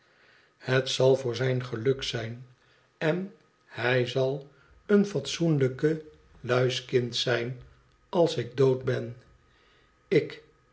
het zal voor zijn geluk zijn en hij zal een fatsoenlijke lui's kind zijn als ik dood ben ik